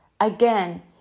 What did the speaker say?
Again